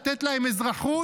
לתת להם אזרחות,